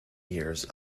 years